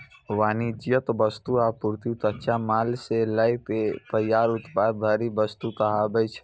वाणिज्यिक वस्तु, आपूर्ति, कच्चा माल सं लए के तैयार उत्पाद धरि वस्तु कहाबै छै